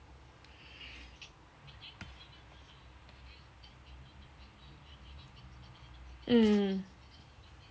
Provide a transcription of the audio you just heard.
mm